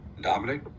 Dominic